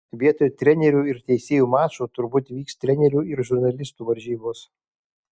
vietoj trenerių ir teisėjų mačo turbūt vyks trenerių ir žurnalistų varžybos